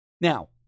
Now